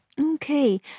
Okay